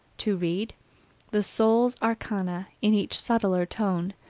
to read the soul's arcana in each subtler tone,